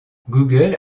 google